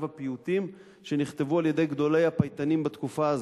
הפיוטים שנכתבו על-ידי גדולי הפייטנים בתקופה הזאת,